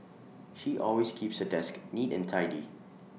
she always keeps her desk neat and tidy